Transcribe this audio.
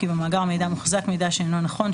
כי במאגר המידע מוחזק מידע שאינו נכון,